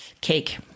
Cake